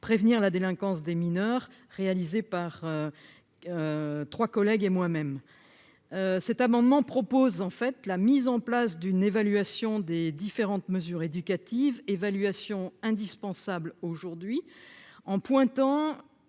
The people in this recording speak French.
prévenir la délinquance des mineurs, réalisé par 3 collègues et moi-même, cet amendement propose en fait la mise en place d'une évaluation des différentes mesures éducatives évaluation indispensable aujourd'hui en pointant